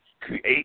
create